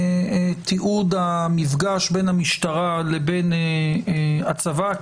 תיעוד המפגש בין המשטרה לבין הצבא,